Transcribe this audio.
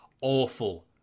awful